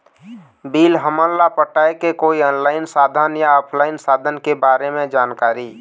Bill हमन ला पटाए के कोई ऑनलाइन साधन या ऑफलाइन साधन के बारे मे जानकारी?